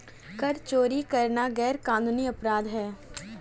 कर चोरी करना गैरकानूनी अपराध है